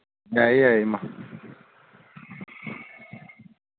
ꯌꯥꯏꯌꯦ ꯌꯥꯏꯌꯦ ꯏꯃꯥ